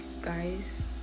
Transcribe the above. guys